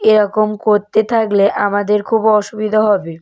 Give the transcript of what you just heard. এরকম করতে থাকলে আমাদের খুব অসুবিধা হবে